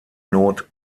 not